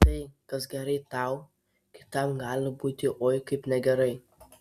tai kas gerai tau kitam gali būti oi kaip negerai